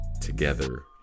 together